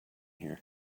here